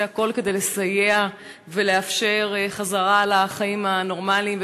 הכול כדי לסייע ולאפשר חזרה לחיים הנורמליים.